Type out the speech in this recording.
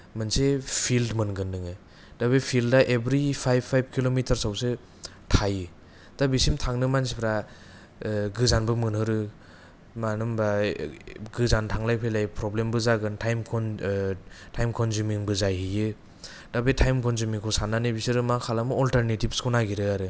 मोनसे फिल्ड मोनगोन नोङो दा बे फिल्डा एभरि फायभ फायभ किल'मिटार्सआवसो थायो दा बेसिम थांनो मानसिफ्रा ओ गोजानबो मोनहरो मानो होनबा गोजान थांलाय फैलाय प्रब्लेमबो जागोन टाइम कनजिउमिंबो जाहैयो दा बे टाइम कनजिउमिंखौ सान्नानै बिसोरो मा खालामो अल्टारनेतिभ्सखौ नागिरो आरो